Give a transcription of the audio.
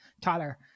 Tyler